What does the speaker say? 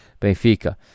Benfica